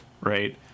right